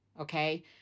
okay